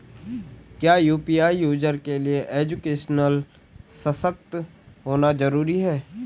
क्या UPI user के लिए एजुकेशनल सशक्त होना जरूरी है?